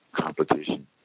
competition